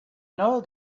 know